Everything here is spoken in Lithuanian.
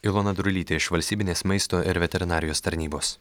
ilona drulytė iš valstybinės maisto ir veterinarijos tarnybos